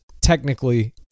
technically